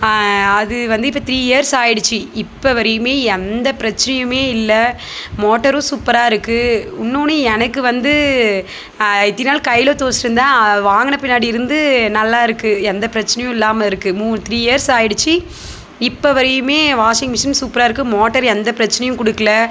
அது வந்து இப்போ த்ரீ இயர்ஸ் ஆயிடுச்சு இப்போ வரையுமே எந்த பிரச்சினையுமே இல்லை மோட்டரும் சூப்பராக இருக்குது இன்னோன்று எனக்கு வந்து இத்தினை நாள் கையில் தோய்ச்சிட்டு இருந்தேன் அது வாங்கின பின்னாடிருந்து நல்லா இருக்குது எந்த பிரச்சினையும் இல்லாமல் இருக்குது மூ த்ரீ இயர்ஸ் ஆயிடுச்சு இப்போ வரையும் வாஷிங் மிஷின் சூப்பராக இருக்குது மோட்டர் எந்த பிரச்சினையும் கொடுக்கல